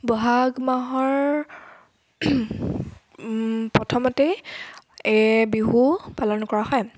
বহাগ মাহৰ প্ৰথমতেই এই বিহু পালন কৰা হয়